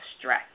stress